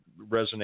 resonate